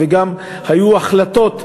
היו החלטות,